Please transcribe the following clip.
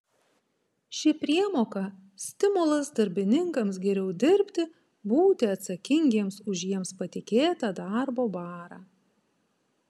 ši priemoka stimulas darbininkams geriau dirbti būti atsakingiems už jiems patikėtą darbo barą